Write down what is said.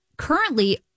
Currently